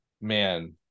man